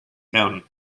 county